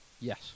Yes